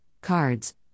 cards